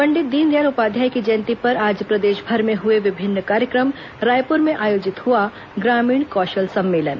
पंडित दीनदयाल उपाध्याय की जयंती पर आज प्रदेशभर में हुए विभिन्न कार्यक्रम रायपुर में आयोजित हुआ ग्रामीण कौशल सम्मेलन